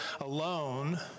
alone